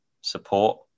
support